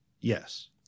Yes